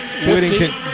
Whittington